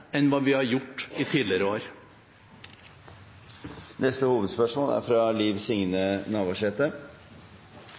enn hva vi har gjort i tidligere år. Vi går til neste hovedspørsmål. Mitt spørsmål går til utanriksministeren. Det er